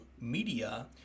media